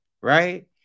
Right